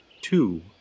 Two